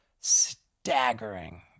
staggering